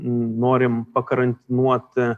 norim pakarantinuot